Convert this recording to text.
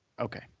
Okay